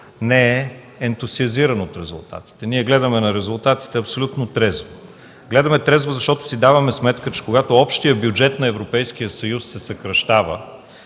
не е ентусиазиран от резултатите. Ние гледаме на резултатите абсолютно трезво. Гледаме трезво, защото си даваме сметка, че когато общият бюджет на Европейския съюз се съкращава,